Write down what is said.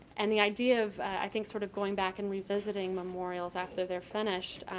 and the idea of i think sort of going back and revisiting memorials after they're finished,